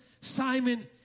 Simon